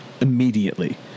immediately